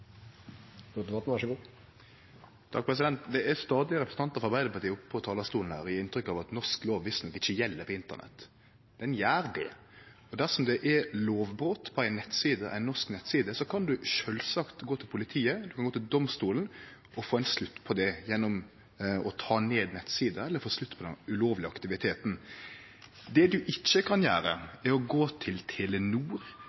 ikke statsråden så mange alternativer, sånn som jeg ser det i hvert fall, annet enn å finne seg noe annet å gjøre eller å tilpasse seg virkeligheten til flertallet i denne salen. Det er stadig representantar frå Arbeidarpartiet oppe på talarstolen her og gjev inntrykk av at norsk lov visstnok ikkje gjeld på Internett. Han gjer det. Og dersom det er lovbrot på ei norsk nettside, kan ein sjølvsagt gå til politiet, ein kan gå til domstolen og få ein slutt på det gjennom å ta ned